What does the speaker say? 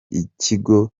ikigo